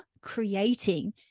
creating